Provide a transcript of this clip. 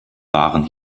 waren